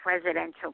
presidential